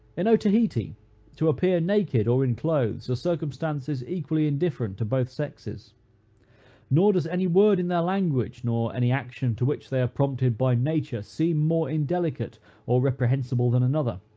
in otaheite, to appear naked or in clothes, are circumstances equally indifferent to both sexes nor does any word in their language, nor any action to which they are prompted by nature, seem more indelicate or reprehensible than another.